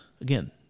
Again